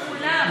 כולם.